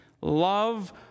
love